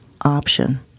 option